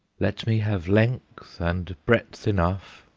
let me have length and breadth enough,